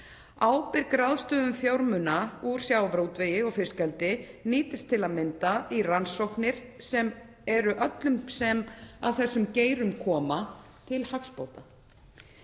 Ábyrg ráðstöfun fjármuna úr sjávarútvegi og fiskeldi nýtist til að mynda í rannsóknir sem eru öllum sem að þessum geirum koma til hagsbóta.